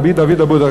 רבי דוד אבודרהם,